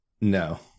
no